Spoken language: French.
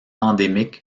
endémique